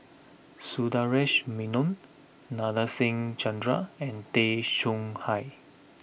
Sundaresh Menon Nadasen Chandra and Tay Chong Hai